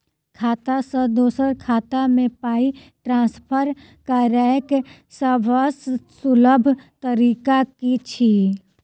खाता सँ दोसर खाता मे पाई ट्रान्सफर करैक सभसँ सुलभ तरीका की छी?